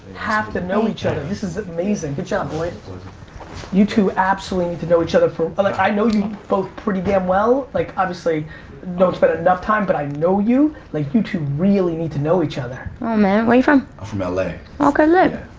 have to know each other this is amazing. good job boys you two absolutely need to know each other for like i know you both pretty damn well, like obviously notes but enough time, but i know you like you two really need to know each other oh man. wait, i'm from ah la. okay later,